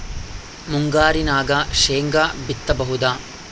ಮುಂಗಾರಿನಾಗ ಶೇಂಗಾ ಬಿತ್ತಬಹುದಾ?